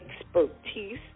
expertise